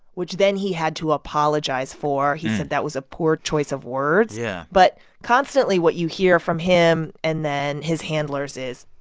which then he had to apologize for. he said that was a poor choice of words yeah but constantly, what you hear from him and then his handlers is,